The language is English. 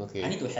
okay